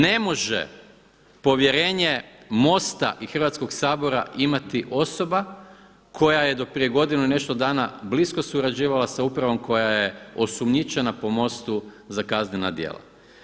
Ne može povjerenje MOST-a i Hrvatskog sabora imati osoba koja je do prije godinu i nešto dana blisko surađivala sa upravom koja je osumnjičena po MOST-u za kaznena djela.